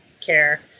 care